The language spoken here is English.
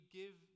give